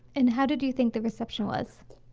and how did you think the receptionist?